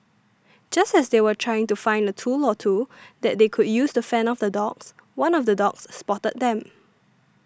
just as they were trying to find a tool or two that they could use to fend off the dogs one of the dogs spotted them